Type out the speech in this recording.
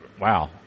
wow